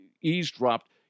eavesdropped